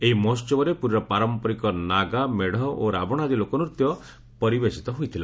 ଏହି ମହୋହବରେ ପୁରୀର ପାରମ୍ମରିକ ନାଗା ମେତ୍ ଓ ରାବଶ ଆଦି ଲୋକନୃତ୍ୟ ପରିବେଶିତ ହୋଇଥିଲା